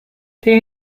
they